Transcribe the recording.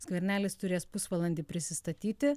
skvernelis turės pusvalandį prisistatyti